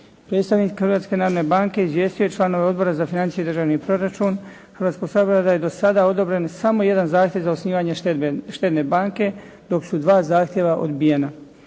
Predstavnik Hrvatske narodne banke izvijestio je članove Odbora za financije i državni proračun Hrvatskoga sabora da je do sada odobren samo jedan zahtjev za osnivanje štedne banke, dok su dva zahtjeva odbijena.